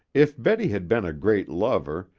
if betty had been a great lover,